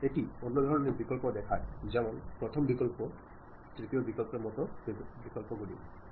এটি অন্য ধরণের বিকল্প দেখায় যেমন প্রথম বিকল্প দ্বিতীয় বিকল্প তৃতীয় বিকল্পের মতো বিকল্পগুলি